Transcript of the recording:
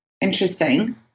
interesting